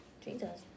Jesus